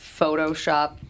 Photoshop